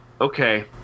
okay